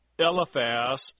Eliphaz